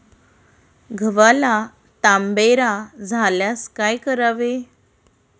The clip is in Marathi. गव्हाला तांबेरा झाल्यास काय करावे?